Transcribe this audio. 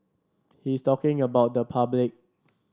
he's talking about the public